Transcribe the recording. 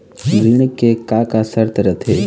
ऋण के का का शर्त रथे?